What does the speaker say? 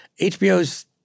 HBO's